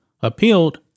appealed